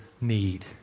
need